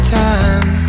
time